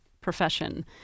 profession